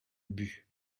ubu